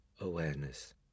Awareness